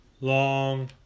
long